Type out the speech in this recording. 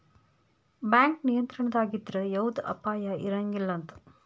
bank ನಿಯಂತ್ರಣದಾಗಿದ್ರ ಯವ್ದ ಅಪಾಯಾ ಇರಂಗಿಲಂತ್